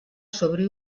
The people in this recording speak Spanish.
sobre